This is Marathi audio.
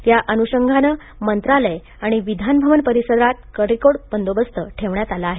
त्या अनुषंगानं मंत्रालय आणि विधानभवन परिसरात कडेकोट बंदोबस्त ठेवण्यात आला आहे